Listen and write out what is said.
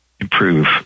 improve